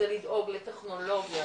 זה לדאוג לטכנולוגיה,